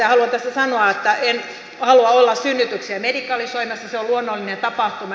haluan tässä sanoa että en halua olla synnytyksiä medikalisoimassa se on luonnollinen tapahtuma